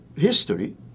History